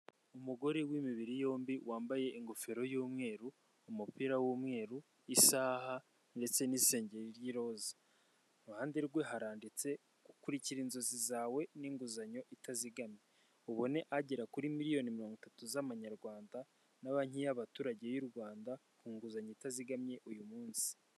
Umugore w'imibiri yombi wambaye ingofero y'umweru umupira w'umweru isaha ndetse n'isengeri y'iroza iruhande rwe haranditse, kurikira inzozi zawe n'inguzanyo itazigamye ubone agera kuri miliyoni mirongo itatu z'amanyarwanda na banki y'abaturage y'u Rwanda, ku nguzanyo itazigamye uyu munsi.